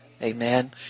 Amen